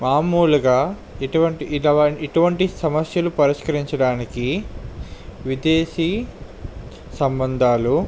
మామూలుగా ఇటువంటి ఇటవ ఇటువంటి సమస్యలను పరిష్కరించడానికి విదేశీ సంబంధాలు